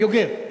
יוגב.